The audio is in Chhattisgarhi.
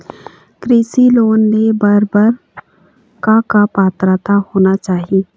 कृषि लोन ले बर बर का का पात्रता होना चाही?